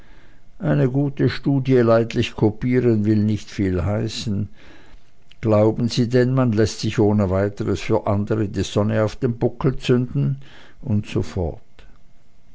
eine gute studie leidlich kopieren will nicht soviel heißen glauben sie denn man läßt sich ohne weiteres für andere die sonne auf den buckel zünden und